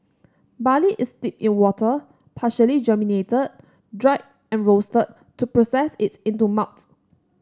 Barley is steeped in water partially germinated dried and roasted to process it into malt